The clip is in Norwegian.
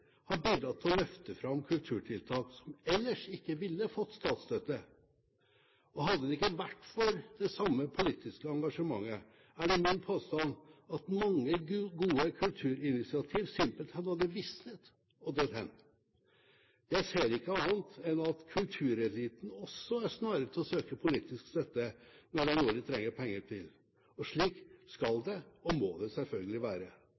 har bidratt til å løfte fram kulturtiltak som ellers ikke ville fått statsstøtte. Hadde det ikke vært for det samme politiske engasjementet, er det min påstand at mange gode kulturinitiativ simpelthen hadde visnet og dødd hen. Jeg ser ikke annet enn at kultureliten også er snare til å søke politisk støtte når det er noe de trenger penger til. Slik skal det og må det selvfølgelig være.